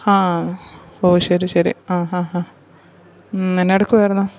ആ ഓ ശരി ശരി ആ ആഹാ എന്നാൽ എടുക്കുവായിരുന്നു